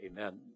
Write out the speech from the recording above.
Amen